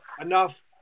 enough